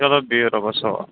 چلو بِہِو رۅبَس حَوال